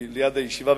ליד הישיבה,